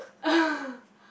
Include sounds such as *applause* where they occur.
*laughs*